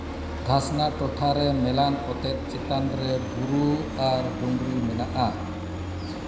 ᱫᱷᱟᱥᱱᱟ ᱴᱚᱴᱷᱟᱨᱮ ᱢᱮᱞᱟᱱ ᱚᱛᱮᱛ ᱪᱮᱛᱟᱱ ᱨᱮ ᱵᱩᱨᱩ ᱟᱨ ᱰᱩᱝᱨᱤ ᱢᱮᱱᱟᱜᱼᱟ